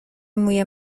موی